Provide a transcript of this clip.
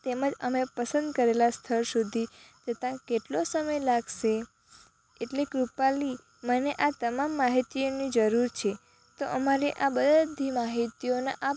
તેમજ અમે પસંદ કરેલા સ્થળ સુધી જતાં કેટલો સમય લાગશે એટલે કૃપાલી મને આ તમામ માહિતીની જરૂર છે તો અમારી આ બધી માહિતીઓના